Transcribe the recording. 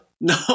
No